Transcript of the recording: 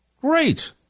great